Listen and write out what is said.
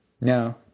No